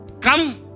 come